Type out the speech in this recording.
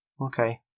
Okay